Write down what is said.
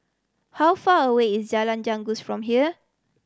how far away is Jalan Janggus from here